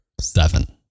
seven